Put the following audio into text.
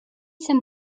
some